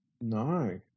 No